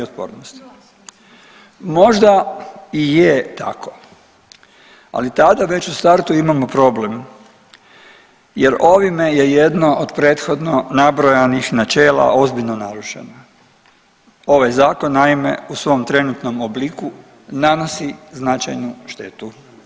Možda i je tako, ali tada već u startu imamo problem jer ovime je jedno od prethodno nabrojanih načela ozbiljno narušeno, ovaj zakon naime u svom trenutnom obliku nanosi značajnu štetu.